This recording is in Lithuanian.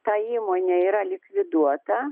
ta įmonė yra likviduota